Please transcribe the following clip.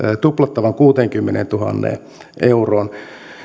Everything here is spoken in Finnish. tuplattavan kuuteenkymmeneentuhanteen euroon